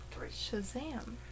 Shazam